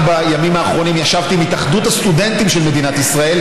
רק בימים האחרונים ישבתי עם התאחדות הסטודנטים של מדינת ישראל,